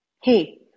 Hey